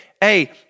Hey